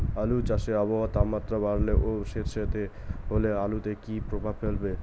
আলু চাষে আবহাওয়ার তাপমাত্রা বাড়লে ও সেতসেতে হলে আলুতে কী প্রভাব ফেলবে?